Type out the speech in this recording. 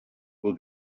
will